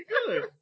good